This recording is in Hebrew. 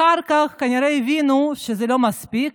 אחר כך כנראה הבינו שזה לא מספיק,